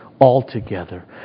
altogether